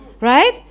right